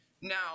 now